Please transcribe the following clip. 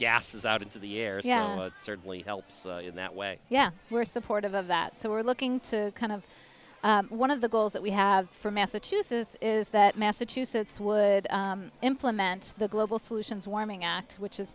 gases out into the air yeah it certainly helps in that way yeah we're supportive of that so we're looking to kind of one of the goals that we have for massachusetts is that massachusetts would implement the global solutions warming act which is